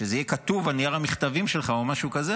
שזה יהיה כתוב על נייר המכתבים שלך או משהו כזה,